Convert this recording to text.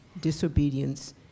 disobedience